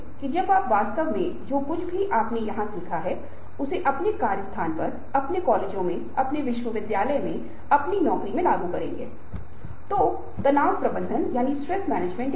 इसे साधारण शब्द अभिप्रेरणा में रखें जो यह निर्धारित करता है कि लोग अपने प्रयास के लिए पुरस्कार के रूप में क्या अपेक्षा करते हैं और पुरस्कार के लिए संलग्न मूल्य का क्या महत्व है